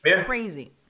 crazy